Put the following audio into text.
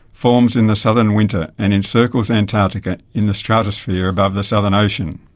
forms in the southern winter and encircles antarctica in the stratosphere above the southern ocean.